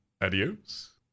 Adios